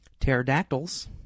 pterodactyls